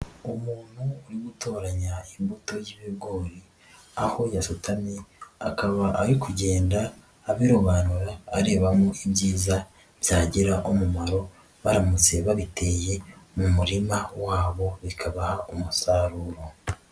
Umuntu uri gutoranya imbuto y'ibigori aho yasutamye, akaba ari kugenda abirobanura arebamo ibyiza byagira umumaro baramutse babiteye mu murima wabo bikabaha umusaruro.